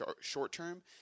short-term